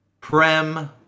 Prem